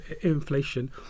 inflation